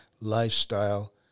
lifestyle